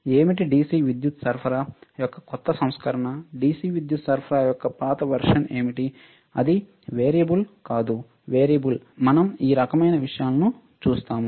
ఏమిటి DC విద్యుత్ సరఫరా యొక్క క్రొత్త సంస్కరణ DC విద్యుత్ సరఫరా యొక్క పాత వెర్షన్ ఏమిటి అది వేరియబుల్ కాదు వేరియబుల్ మేము ఈ రకమైన విషయాలను చూస్తాము